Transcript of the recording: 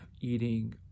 eating